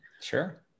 Sure